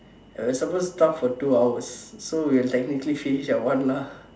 we're supposed to talk for two hours so we're technically finish at one lah